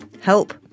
help